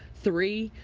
three,